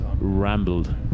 rambled